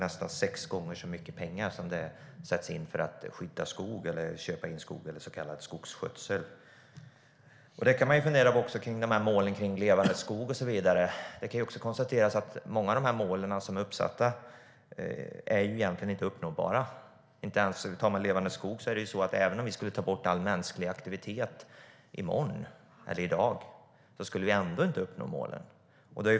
Nästan sex gånger så mycket pengar sätts in för att skydda eller köpa in skog, så kallad skogsskötsel. Man kan fundera på målen för en levande skog och så vidare. Det kan konstateras att många av de uppsatta målen egentligen inte är uppnåbara. Vi kan ta målet Levande skogar. Även om vi skulle ta bort all mänsklig aktivitet i dag eller i morgon skulle vi ändå inte uppnå det.